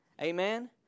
Amen